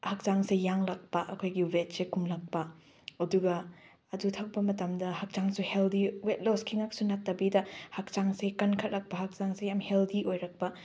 ꯍꯛꯆꯥꯡꯁꯦ ꯌꯥꯡꯂꯛꯄ ꯑꯩꯈꯣꯏꯒꯤ ꯋꯦꯠꯁꯦ ꯀꯨꯝꯂꯛꯄ ꯑꯗꯨꯒ ꯑꯗꯨ ꯊꯛꯄ ꯃꯇꯝꯗ ꯍꯛꯆꯥꯡꯁꯨ ꯍꯦꯜꯗꯤ ꯋꯦꯠ ꯂꯣꯁꯀꯤ ꯉꯥꯛꯁꯨ ꯅꯠꯇꯕꯤꯗ ꯍꯛꯆꯥꯡꯁꯦ ꯀꯟꯈꯠꯂꯛꯄ ꯍꯛꯆꯥꯡꯁꯦ ꯌꯥꯝ ꯍꯦꯜꯗꯤ ꯑꯣꯏꯔꯛꯄ